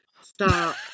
Stop